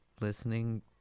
listening